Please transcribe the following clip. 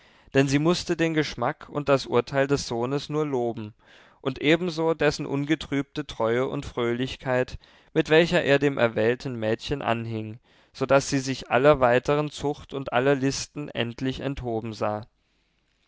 denn sie mußte den geschmack und das urteil des sohnes nur loben und ebenso dessen ungetrübte treue und fröhlichkeit mit welcher er dem erwählten mädchen anhing so daß sie sich aller weitern zucht und aller listen endlich enthoben sah